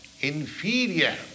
inferior